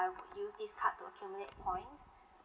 would use this card to accumulate points